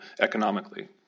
economically